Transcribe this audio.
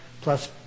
plus